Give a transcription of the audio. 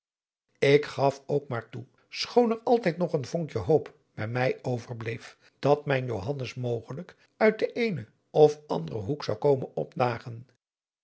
ik gaf ook maar toe schoon er altijd nog een vonkje hoop bij mij overbleef dat mijn johannes mogelijk uit den eenen of anderen hoek zou komen opdagen